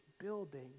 building